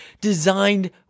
designed